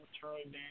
Charlie